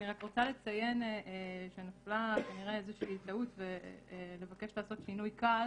אני רק רוצה לציין שכנראה נפלה טעות ולבקש לעשות שינוי קל